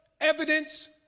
evidence